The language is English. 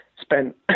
spent